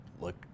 look